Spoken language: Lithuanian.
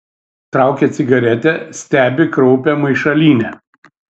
traukia cigaretę stebi kraupią maišalynę